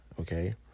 okay